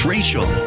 Rachel